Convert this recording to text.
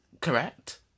correct